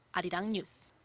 arirang news.